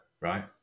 right